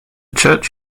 church